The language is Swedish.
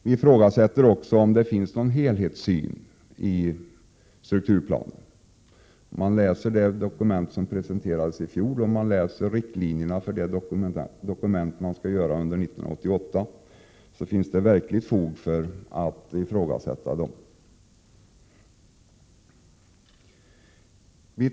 Vi ifrågasätter också om det finns någon helhetssyn i strukturplanen. Om man läser det dokument som presenterades i fjol och riktlinjerna för det dokument man skall göra under 1988 finns det verkligen fog för att ifrågasätta detta.